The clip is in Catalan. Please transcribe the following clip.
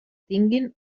tinguen